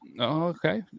Okay